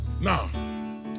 Now